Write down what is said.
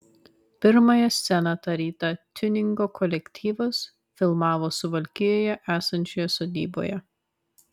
pirmąją sceną tą rytą tiuningo kolektyvas filmavo suvalkijoje esančioje sodyboje